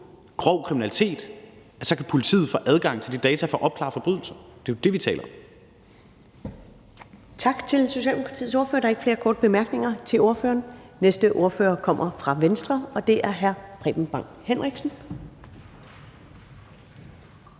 grov kriminalitet, kan politiet få adgang til de data for at opklare forbrydelser. Det er det, vi taler om.